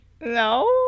No